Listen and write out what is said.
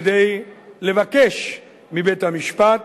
כדי לבקש מבית-המשפט